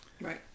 Right